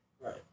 Right